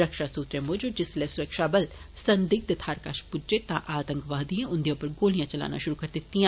रक्षा सूत्रें मुजब जिसले सुरक्षबल संदिग्ध थाहर कश पुज्जे तां आतंकवादिएं उन्दे उप्पर गोलिया चलाना शुरु करी दितिया